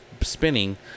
spinning